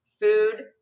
food